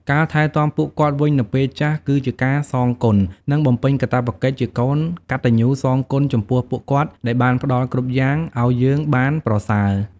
ការថែទាំពួកគាត់វិញនៅពេលចាស់ គឺជាការសងគុណ និងបំពេញកាតព្វកិច្ចជាកូនកតញ្ញូសងគុណចំពោះពួកគាត់ដែលបានផ្តល់គ្រប់យ់ាងឲ្យយើងបានប្រសើរ។